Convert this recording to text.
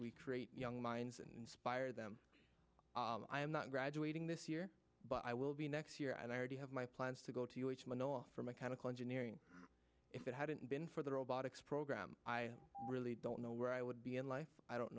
we create young minds and inspire them i am not graduating this year but i will be next year and i already have my plans to go to you each menorah for mechanical engineering if it hadn't been for the robotics program i really don't know where i would be in life i don't